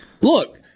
Look